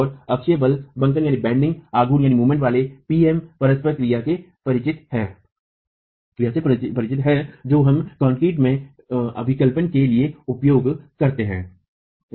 आप अक्षीय बल बंकन आघूर्ण वाले P M परस्पर क्रिया से परिचित हैं जो हम कंक्रीट में अभिकल्पन के लिए उपयोग करते हैं